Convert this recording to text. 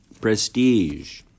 prestige